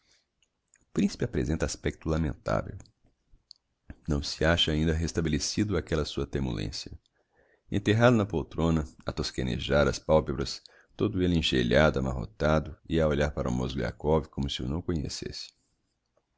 principe apresenta aspecto lamentavel não se acha ainda restabelecido d'aquella sua temulencia enterrado na poltrona a tosquenejar as palpebras todo elle engelhado amarrotado e a olhar para o mozgliakov como se o não conhecesse